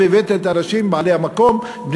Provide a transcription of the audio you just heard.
והבאתי את האנשים בני המקום,